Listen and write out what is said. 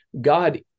God